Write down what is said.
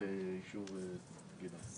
חבל.